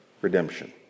redemption